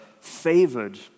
favored